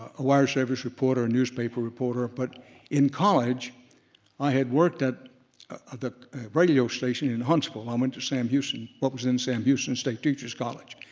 ah wire service reporter, newspaper reporter, but in college i had worked at at a radio station in huntsville, i went to sam houston what was then sam houston state teachers college.